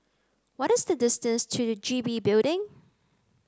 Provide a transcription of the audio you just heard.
what is the distance to the G B Building